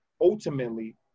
ultimately